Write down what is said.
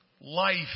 Life